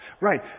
Right